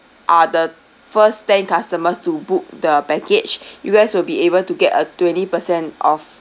are the first ten customers to book the package you guys will be able to get a twenty percent off